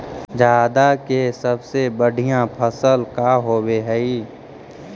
जादा के सबसे बढ़िया फसल का होवे हई?